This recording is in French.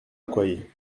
accoyer